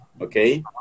okay